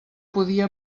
podia